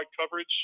coverage